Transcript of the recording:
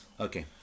okay